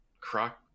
Croc